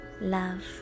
love